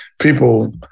people